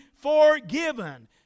forgiven